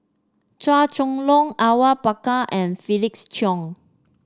Chua Chong Long Awang Bakar and Felix Cheong